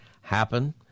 happen